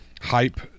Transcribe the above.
Hype